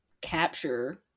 capture